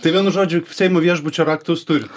tai vienu žodžiu seimo viešbučio raktus turit